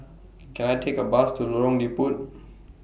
Can I Take A Bus to Lorong Liput